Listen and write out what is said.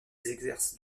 exercent